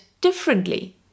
differently